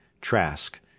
Trask